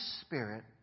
Spirit